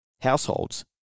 households